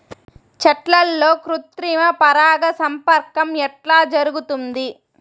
చెట్లల్లో కృత్రిమ పరాగ సంపర్కం ఎట్లా జరుగుతుంది?